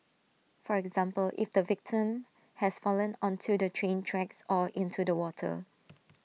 for example if the victim has fallen onto the train tracks or into the water